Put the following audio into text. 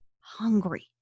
hungry